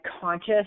conscious